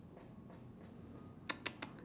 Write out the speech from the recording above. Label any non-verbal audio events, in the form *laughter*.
*noise* *noise* *noise*